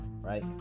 right